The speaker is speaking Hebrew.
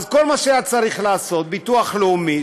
אז כל מה שהיה צריך לעשות הביטוח הלאומי,